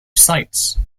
sites